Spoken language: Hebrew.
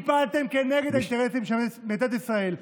כי פעלתם כנגד האינטרסים של מדינת ישראל.